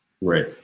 right